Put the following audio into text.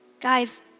Guys